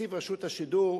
תקציב רשות השידור,